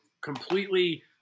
completely